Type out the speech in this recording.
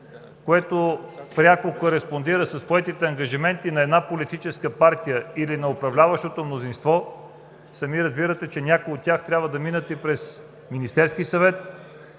което пряко кореспондира с поетите ангажименти на една политическа партия или на управляващото мнозинство, сами разбирате, че някои от тях трябва да минат и през Министерския съвет.